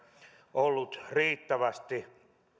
ollut riittävästi